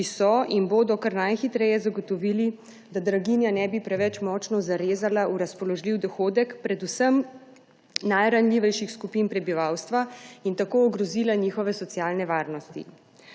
ki so in bodo kar najhitreje zagotovili, da draginja ne bi preveč močno zarezala v razpoložljiv dohodek predvsem najranljivejših skupin prebivalstva in tako ogrozila njihove socialne varnosti.